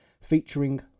featuring